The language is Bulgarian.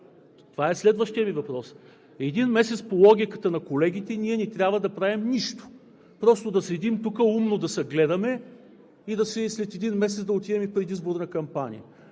Това е следващият ми въпрос. Един месец по логиката на колегите ние не трябва да правим нищо, просто да седим тук, умно да се гледаме и след един месец да отидем в предизборна кампания.